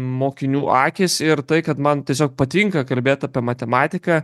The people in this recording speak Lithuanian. mokinių akys ir tai kad man tiesiog patinka kalbėt apie matematiką